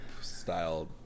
style